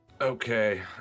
Okay